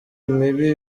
mibi